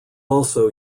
also